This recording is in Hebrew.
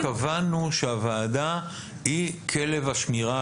לכן קבענו שהוועדה היא כלב השמירה,